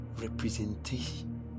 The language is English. representation